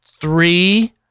Three